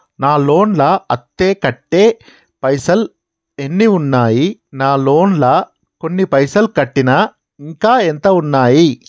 నా లోన్ లా అత్తే కట్టే పైసల్ ఎన్ని ఉన్నాయి నా లోన్ లా కొన్ని పైసల్ కట్టిన ఇంకా ఎంత ఉన్నాయి?